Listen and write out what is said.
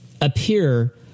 appear